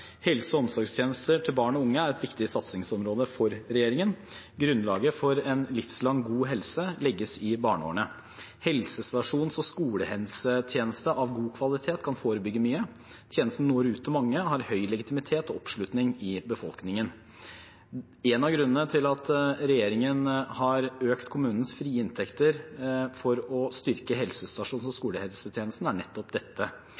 Helse- og omsorgstjenester til barn og unge er et viktig satsingsområde for regjeringen. Grunnlaget for en livslang god helse legges i barneårene. En helsestasjons- og skolehelsetjeneste av god kvalitet kan forebygge mye. Tjenesten når ut til mange og har høy legitimitet og oppslutning i befolkningen. En av grunnene til at regjeringen har økt kommunens frie inntekter for å styrke helsestasjons- og skolehelsetjenestene, er nettopp dette.